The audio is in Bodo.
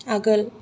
आगोल